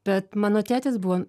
bet mano tėtis buvo